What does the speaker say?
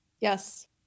yes